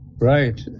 Right